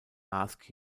ask